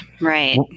Right